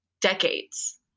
decades